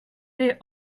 they